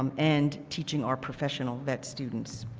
um and teaching our professional that students.